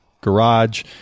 garage